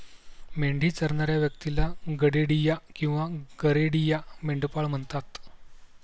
मेंढी चरणाऱ्या व्यक्तीला गडेडिया किंवा गरेडिया, मेंढपाळ म्हणतात